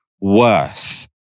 worse